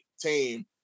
team